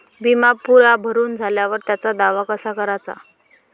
बिमा पुरा भरून झाल्यावर त्याचा दावा कसा कराचा?